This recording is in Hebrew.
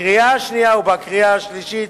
בקריאה השנייה ובקריאה השלישית,